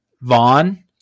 Vaughn